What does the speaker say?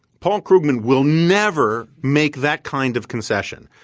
paul krugman will never make that kind of concession.